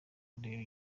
kureba